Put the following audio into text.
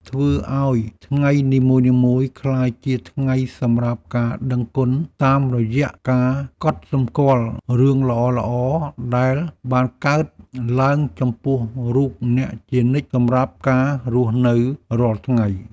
ធ្វើឱ្យថ្ងៃនីមួយៗក្លាយជាថ្ងៃសម្រាប់ការដឹងគុណតាមរយៈការកត់សម្គាល់រឿងល្អៗដែលបានកើតឡើងចំពោះរូបអ្នកជានិច្ចសម្រាប់ការរស់នៅរាល់ថ្ងៃ។